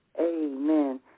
Amen